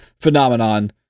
phenomenon